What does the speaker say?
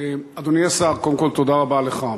אדוני השר, קודם כול תודה רבה לך.